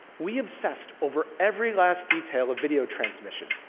we obsessed over every last detail of video transmission,